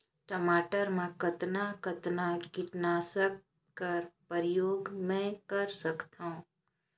टमाटर म कतना कतना कीटनाशक कर प्रयोग मै कर सकथव?